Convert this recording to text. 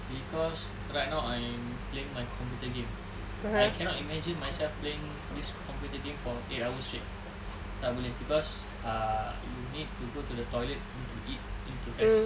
cause right now I'm playing my computer games I cannot imagine myself playing this computer game for eight hours straight tak boleh cause uh you need to go to the toilet to eat you need to rest